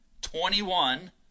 Twenty-one